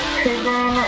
prison